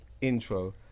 intro